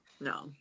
No